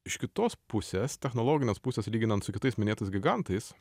iš kitos pusės technologinės pusės lyginant su kitais minėtais gigantais